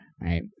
right